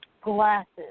glasses